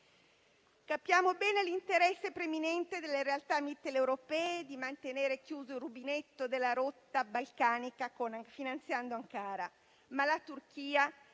Capiamo bene l'interesse preminente delle realtà mitteleuropee di mantenere chiuso il rubinetto della rotta balcanica finanziando Ankara, ma la Turchia,